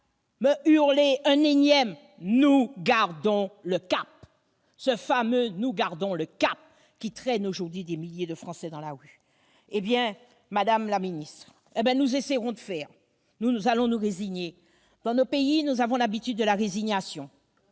me hurle un énième :« Nous gardons le cap !» Ce fameux « Nous gardons le cap !» qui entraîne aujourd'hui des milliers de Français dans la rue. Madame la ministre, nous essaierons de faire. Dans nos pays, nous avons l'habitude de la résignation,